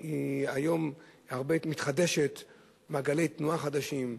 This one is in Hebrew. היא היום מתחדשת הרבה, מעגלי תנועה חדשים,